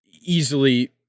Easily